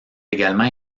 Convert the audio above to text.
également